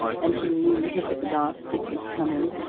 and he knew that at last it was coming?